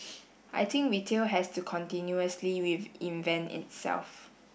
I think retail has to continuously reinvent itself